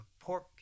pork